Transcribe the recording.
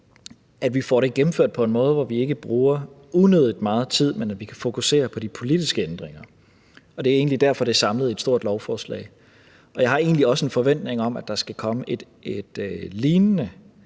fra Ombudsmanden på en måde, hvor vi ikke bruger unødig meget tid, men kan fokusere på de politiske ændringer. Det er egentlig derfor, at det er samlet i et stort lovforslag. Jeg har egentlig også en forventning om, at der skal komme et lignende